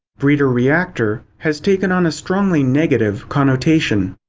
breeder reactor has taken on a strongly negative connotation.